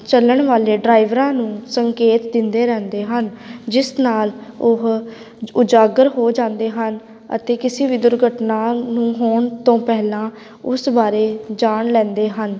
ਚੱਲਣ ਵਾਲੇ ਡਰਾਈਵਰਾਂ ਨੂੰ ਸੰਕੇਤ ਦਿੰਦੇ ਰਹਿੰਦੇ ਹਨ ਜਿਸ ਨਾਲ ਉਹ ਉਜ ਉਜਾਗਰ ਹੋ ਜਾਂਦੇ ਹਨ ਅਤੇ ਕਿਸੇ ਵੀ ਦੁਰਘਟਨਾ ਨੂੰ ਹੋਣ ਤੋਂ ਪਹਿਲਾਂ ਉਸ ਬਾਰੇ ਜਾਣ ਲੈਂਦੇ ਹਨ